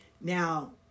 Now